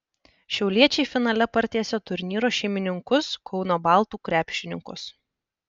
šiauliečiai finale partiesė turnyro šeimininkus kauno baltų krepšininkus